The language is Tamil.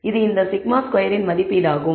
இது இந்த σ2 இன் மதிப்பீடாகும்